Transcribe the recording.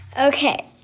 okay